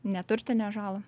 neturtinę žalą